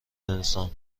انسان